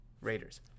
Raiders